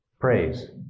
Praise